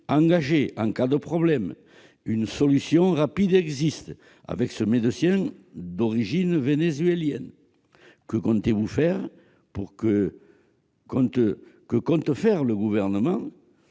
engagée en cas de problème. Une solution rapide existe avec ce médecin d'origine vénézuélienne. Que compte faire le Gouvernement